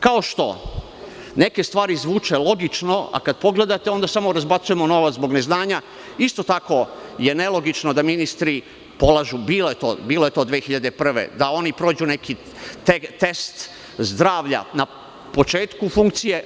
Kao što neke stvari zvuče logično, a kad pogledate onda samo razbacujemo novac zbog neznanja, isto tako je nelogično da ministri prođu neki test zdravlja na početku funkcije.